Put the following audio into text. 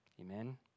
Amen